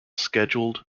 scheduled